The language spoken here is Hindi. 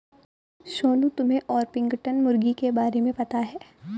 सोनू, तुम्हे ऑर्पिंगटन मुर्गी के बारे में पता है?